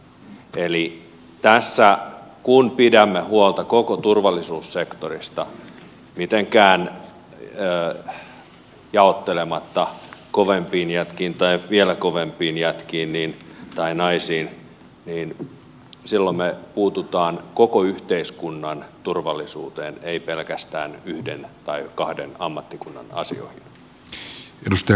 eli silloin kun tässä pidämme huolta koko turvallisuussektorista mitenkään jaottelematta kovempiin jätkiin tai vielä kovempiin jätkiin tai naisiin me puutumme koko yhteiskunnan turvallisuuteen ei pelkästään yhden tai kahden ammattikunnan asioihin